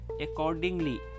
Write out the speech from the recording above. Accordingly